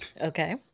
Okay